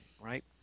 right